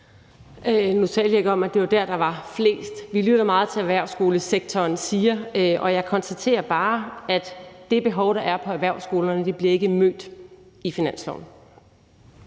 Nu talte jeg ikke om, at det var der, hvor der var flest. Vi lytter meget til, hvad erhvervsskolesektoren siger. Jeg konstaterer bare, at det behov, der er på erhvervsskolerne, ikke bliver mødt i forslaget